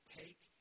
take